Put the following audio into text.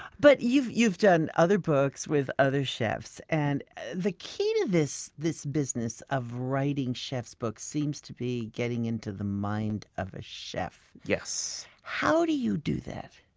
but you've you've done other books with other chefs. and the key to this this business of writing chefs' books seems to be getting into the mind of a chef. how do you do that?